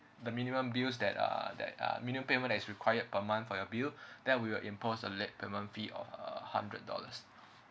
the minimum bills that uh that uh minimum payment as required per month for your bill then we will impose a late payment fee of a hundred dollars